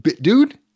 dude